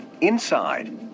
Inside